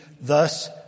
thus